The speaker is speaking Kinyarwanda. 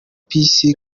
peace